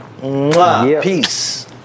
Peace